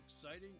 exciting